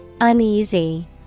Uneasy